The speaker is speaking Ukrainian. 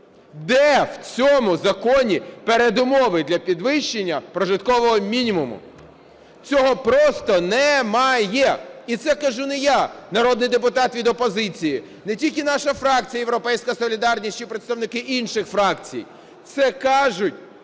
Де в цьому законі передумови для підвищення прожиткового мінімуму? Цього просто немає і це кажу не я, народний депутат від опозиції, не тільки наша фракція "Європейська солідарність" чи представники інших фракцій, це каже